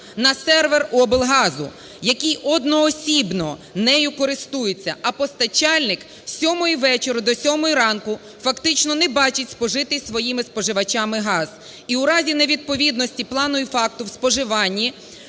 на сервер облгазу, який одноосібно нею користується. А постачальник з 7-ї вечора до 7-ї ранку фактично не бачить спожитий своїми споживачами газ, і у разі невідповідності плану і факту в споживанні